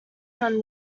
from